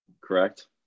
Correct